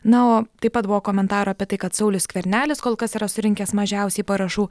na o taip pat buvo komentarų apie tai kad saulius skvernelis kol kas yra surinkęs mažiausiai parašų